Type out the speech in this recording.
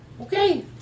Okay